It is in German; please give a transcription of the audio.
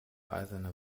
eisene